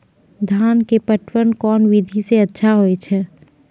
धान के पटवन कोन विधि सै अच्छा होय छै?